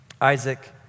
Isaac